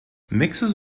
mixes